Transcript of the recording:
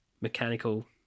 mechanical